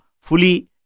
fully